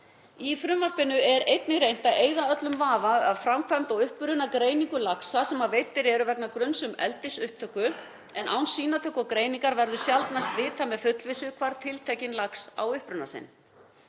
Í frumvarpinu er einnig reynt að eyða öllum vafa um framkvæmd og upprunagreiningu laxa sem veiddir eru vegna gruns um eldisuppruna en án sýnatöku og greiningar verður sjaldnast vitað með fullvissu hvar tiltekinn lax á uppruna sinn.